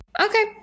Okay